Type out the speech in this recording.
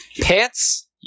pants